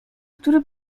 który